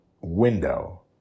window